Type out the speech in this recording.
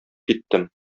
киттем